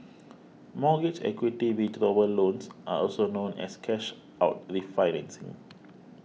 mortgage equity withdrawal loans are also known as cash out refinancing